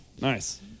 Nice